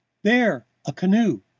there! a canoe!